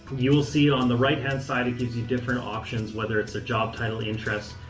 you will see on the right-hand side it gives you different options, whether it's a job title, interest.